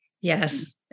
Yes